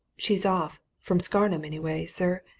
she's off from scarnham, anyway, sir!